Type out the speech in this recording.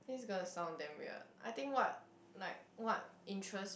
it's gonna sound damn weird I think what like what interests